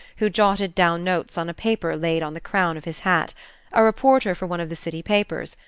who jotted down notes on a paper laid on the crown of his hat a reporter for one of the city-papers,